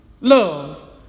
love